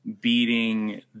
beating